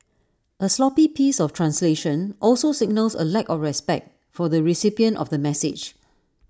A sloppy piece of translation also signals A lack of respect for the recipient of the message